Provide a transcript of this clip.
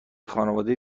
خانواده